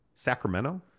Sacramento